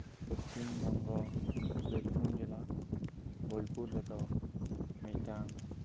ᱯᱚᱥᱪᱤᱢ ᱵᱚᱝᱜᱚ ᱵᱤᱨᱵᱷᱩᱢ ᱡᱮᱞᱟ ᱵᱳᱞᱯᱩᱨ ᱨᱮᱫᱚ ᱢᱤᱫᱽᱴᱟᱱ